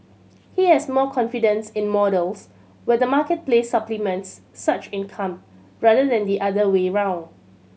he has more confidence in models where the marketplace supplements such income rather than the other way around